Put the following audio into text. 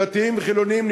דתיים וחילונים,